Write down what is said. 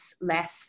less